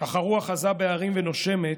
/ אך הרוח עזה בהרים ונושמת.